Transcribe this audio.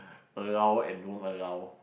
allow and don't allow